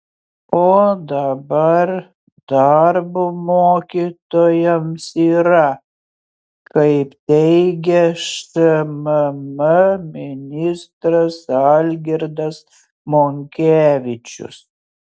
o dabar darbo mokytojams yra kaip teigia šmm ministras algirdas monkevičius